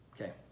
Okay